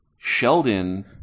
Sheldon